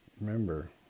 Remember